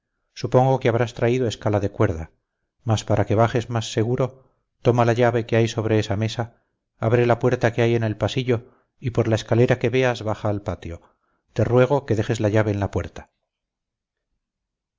supongo que habrás traído escala de cuerda mas para que bajes más seguro toma la llave que hay sobre esa mesa abre la puerta que hay en el pasillo y por la escalera que veas baja al patio te ruego que dejes la llave en la puerta